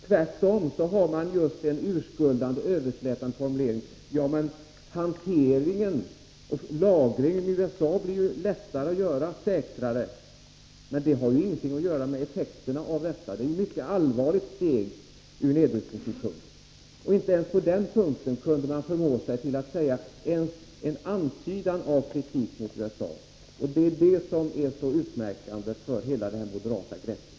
Tvärtom har moderaterna en urskuldande, överslätande formulering om detta, att hanteringen och lagringen i USA blir lättare och säkrare att göra. Men det har ju ingenting att göra med effekterna av stridsgaserna. USA har här tagit ett mycket allvarligt steg ur nedrustningssynpunkt. Men inte ens på den punkten kunde moderaterna förmå sig till att komma med ens en antydan till kritik. Det är detta som är så utmärkande för hela det moderata greppet.